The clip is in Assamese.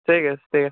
ঠিক আছে ঠিক আছে